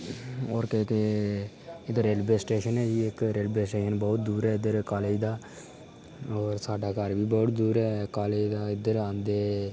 और केह् इद्धर रेलवे स्टेशन रेलवे स्टेशन बहुत दूर ऐ इद्धर कालेज दा और साढ़ा घर बी बहुत दूर ऐ कालेज इद्धर आंदे